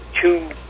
two